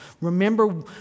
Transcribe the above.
Remember